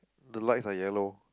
the lights are yellow